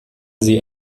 sie